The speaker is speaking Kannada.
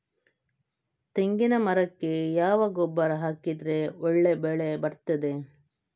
ತೆಂಗಿನ ಮರಕ್ಕೆ ಯಾವ ಗೊಬ್ಬರ ಹಾಕಿದ್ರೆ ಒಳ್ಳೆ ಬೆಳೆ ಬರ್ತದೆ?